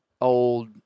old